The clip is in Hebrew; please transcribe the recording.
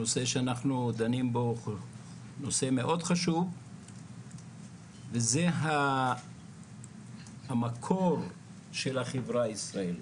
הנושא שאנחנו דנים בו הוא נושא מאוד חשוב וזה המקום של החברה הישראלית.